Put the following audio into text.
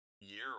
year